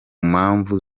mpamvu